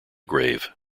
grave